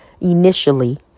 initially